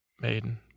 Maiden